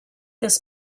this